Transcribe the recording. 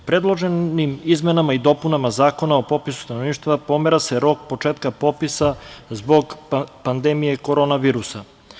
Predloženim izmenama i dopunama Zakona o popisu stanovništva pomera se rok početka popisa zbog pandemije korona virusa.